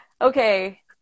okay